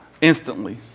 instantly